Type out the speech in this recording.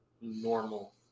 normal